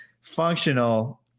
functional